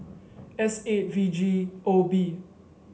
S eight V G O B